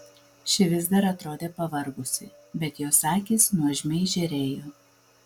ši vis dar atrodė pavargusi bet jos akys nuožmiai žėrėjo